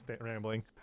rambling